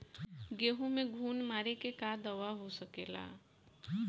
गेहूँ में घुन मारे के का दवा हो सकेला?